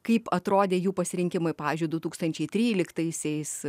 kaip atrodė jų pasirinkimai pavyzdžiui du tūkstančiai tryliktaisiais